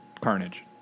Carnage